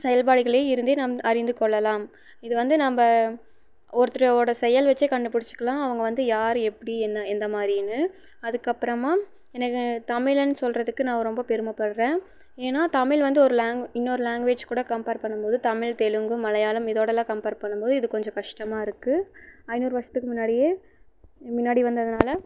செயல்பாடுகளில் இருந்து நம் அறிந்து கொள்ளலாம் இது வந்து நம்ப ஒருத்தரோட செயல் வச்சே கண்டு பிடிச்சிக்கலாம் அவங்க வந்து யார் எப்படி என்ன எந்த மாதிரின்னு அதுக்கப்புறமா எனக்கு தமிழன்னு சொல்லுறதுக்கு நான் ரொம்ப பெருமைப்படுறேன் ஏன்னா தமிழ் வந்து ஒரு லாங் இன்னொரு லாங்வேஜ் கூட கம்ப்பேர் பண்ணும்போது தமிழ் தெலுங்கு மலையாளம் இதோடல்லாம் கம்ப்பேர் பண்ணும்போது இது கொஞ்சம் கஷ்டமாக இருக்கு ஐநூறு வருஷத்துக்கு முன்னாடியே முன்னடி வந்ததுனால்